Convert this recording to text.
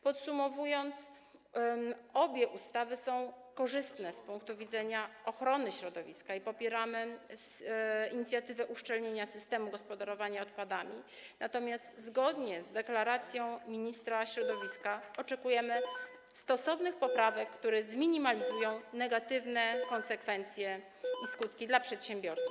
Podsumowując, obie ustawy są korzystne z punktu widzenia ochrony środowiska i popieramy inicjatywę uszczelnienia systemu gospodarowania odpadami, natomiast zgodnie z deklaracją ministra środowiska oczekujemy stosownych poprawek, które zminimalizują negatywne konsekwencje i skutki dla przedsiębiorców.